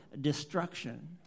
destruction